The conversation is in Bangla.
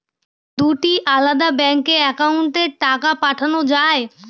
দুটি আলাদা ব্যাংকে অ্যাকাউন্টের টাকা পাঠানো য়ায়?